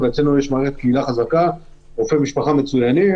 אבל אצלנו יש מערכת קהילה חזקה ורופאי משפחה מצוינים.